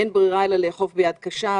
אין ברירה אלא לאכוף ביד קשה,